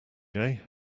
play